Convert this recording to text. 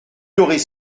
l’aurait